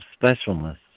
specialness